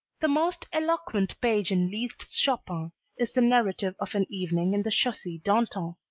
the most eloquent page in liszt's chopin is the narrative of an evening in the chaussee d'antin,